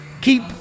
keep